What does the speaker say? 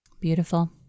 Beautiful